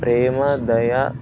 ప్రేమ దయ